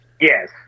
Yes